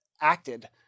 acted